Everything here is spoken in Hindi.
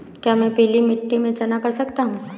क्या मैं पीली मिट्टी में चना कर सकता हूँ?